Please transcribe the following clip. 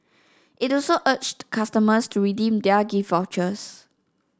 it also urged customers to redeem their gift vouchers